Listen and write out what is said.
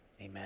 Amen